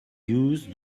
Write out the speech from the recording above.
use